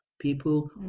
people